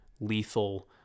lethal